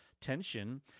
Tension